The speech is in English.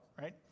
right